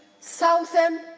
southern